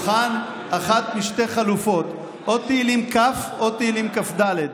מוכן אחת משתי חלופות: או תהילים כ' או תהילים כ"ד.